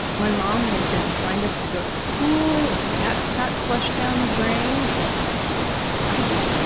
my mom had been signed up to go to school and that got flushed down the drain and i just